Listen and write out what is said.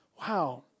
Wow